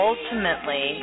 Ultimately